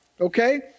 Okay